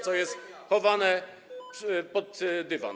co jest chowane pod dywan.